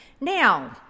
Now